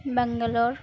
Bangalore